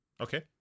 okay